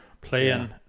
playing